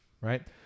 right